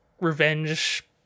revenge